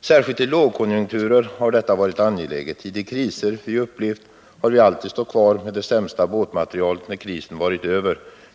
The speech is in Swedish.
Särskilt i lågkonjunkturer har detta varit angeläget. I de kriser som vi har upplevt har vi alltid stått där med det sämsta båtmaterialet när krisen varit över.